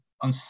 on